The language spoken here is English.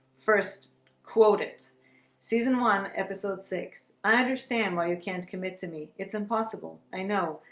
first quote it season one episode six. i understand why you can't commit to me. it's impossible. i know.